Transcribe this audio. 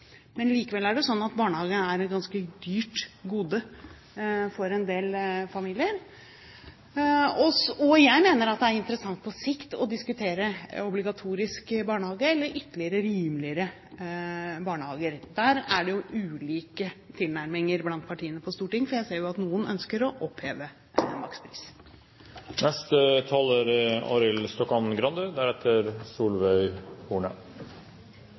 Men likevel er det sånn at barnehage er et ganske dyrt gode for en del familier. Jeg mener det er interessant på sikt å diskutere obligatorisk barnehage eller ytterligere rimeligere barnehage. Her er det ulike tilnærminger blant partiene på Stortinget, for jeg ser jo at noen ønsker å oppheve